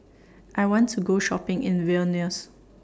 I want to Go Shopping in Vilnius